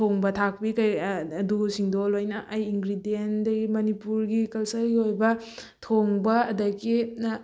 ꯊꯣꯡꯕ ꯊꯥꯛꯄꯤ ꯀꯩ ꯑꯗꯨꯁꯤꯡꯗꯣ ꯂꯣꯏꯅ ꯑꯩ ꯏꯟꯒ꯭ꯔꯤꯗꯦꯟꯗꯒꯤ ꯃꯅꯤꯄꯨꯔꯒꯤ ꯀꯜꯆꯔꯒꯤ ꯑꯣꯏꯕ ꯊꯣꯡꯕ ꯑꯗꯒꯤ